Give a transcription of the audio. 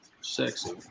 sexy